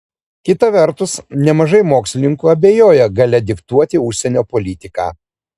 kita vertus nemažai mokslininkų abejoja galia diktuoti užsienio politiką